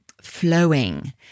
flowing